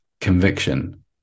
conviction